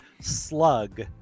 slug